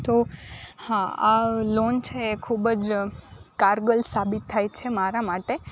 તો હા આ લોન છે એ ખૂબ જ કારગત સાબિત થાય છે મારા માટે